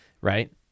right